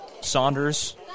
Saunders